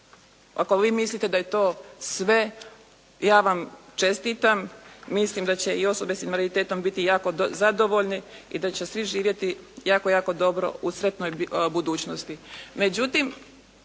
ako vi mislite da je to sve ja vam čestitam. Mislim da će i osobe s invaliditetom biti jako zadovoljne i da će svi živjeti jako, jako dobro u sretnoj budućnosti.